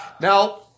Now